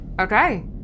Okay